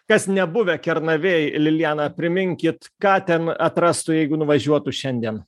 kas nebuvę kernavėj liliana priminkit ką ten atrastų jeigu nuvažiuotų šiandien